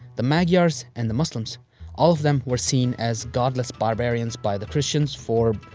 the magyars and the muslims. all of them were seen as godless barbarians by the christians for,